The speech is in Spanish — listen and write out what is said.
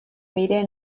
mire